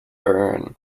burn